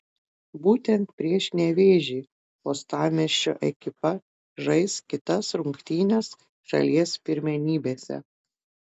būtent prieš nevėžį uostamiesčio ekipa žais kitas rungtynes šalies pirmenybėse